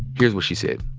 here's what she said.